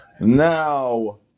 Now